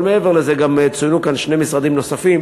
אבל מעבר לזה צוינו כאן שני משרדים נוספים,